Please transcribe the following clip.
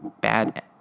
bad